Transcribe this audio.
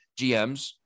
GMs